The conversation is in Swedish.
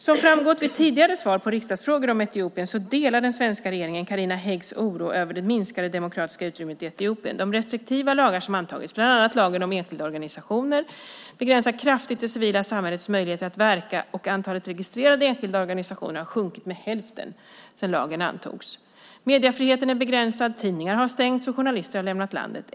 Som framgått vid tidigare svar på riksdagsfrågor om Etiopien delar den svenska regeringen Carina Häggs oro över det minskande demokratiska utrymmet i Etiopien. De restriktiva lagar som antagits, bland annat lagen om enskilda organisationer, begränsar kraftigt det civila samhällets möjlighet att verka, och antalet registrerade enskilda organisationer har sjunkit med hälften sedan lagen antogs. Mediefriheten är begränsad, tidningar har stängts och journalister har lämnat landet.